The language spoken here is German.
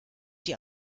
die